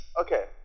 Okay